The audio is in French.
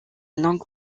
langue